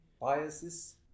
biases